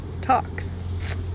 talks